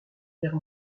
guerre